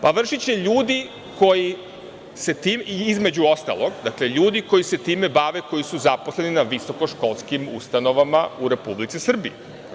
Pa, vršiće ljudi koji se time i između ostalog bave, koji su zaposleni na visokoškolskim ustanovama u Republici Srbiji.